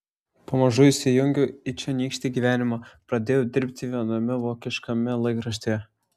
pamažu įsijungiau į čionykštį gyvenimą pradėjau dirbti viename vokiškame laikraštyje